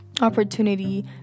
Opportunity